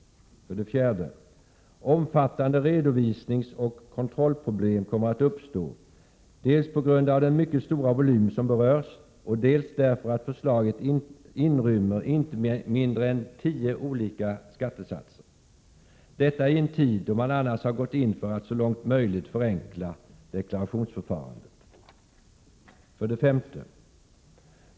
4. Omfattande redovisningsoch kontrollproblem kommer att uppstå dels på grund av den mycket stora volym som berörs, dels därför att förslaget inrymmer inte mindre än tio olika skattesatser, detta i en tid då man annars har gått in för att så långt möjligt förenkla deklarationsförfarandet. 5.